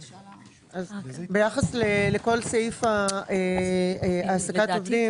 ביחס לכל סעיף העסקת עובדים,